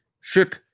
ship